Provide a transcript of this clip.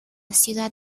ciudad